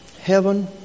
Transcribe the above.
heaven